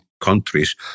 countries